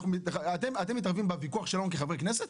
אתם מתערבים בוויכוח שלנו כחברי כנסת?